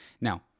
Now